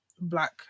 black